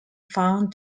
found